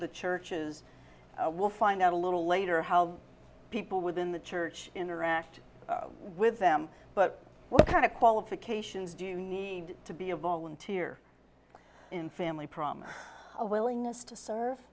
the churches we'll find out a little later how people within the church interact with them but what kind of qualifications do you need to be a volunteer in family promise a willingness to s